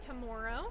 tomorrow